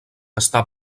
està